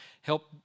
help